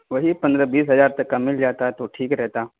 وہی پندرہ بیس ہزار تک کا مل جاتا تو ٹھیک رہتا